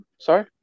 Sorry